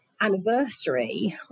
anniversary